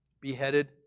Beheaded